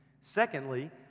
Secondly